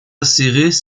acérées